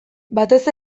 batez